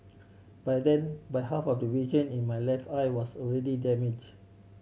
by then by half of the region in my left eye was already damage